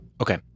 Okay